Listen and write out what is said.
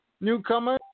newcomer